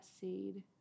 seed